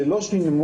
זה לא שִנְמוך,